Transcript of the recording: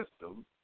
system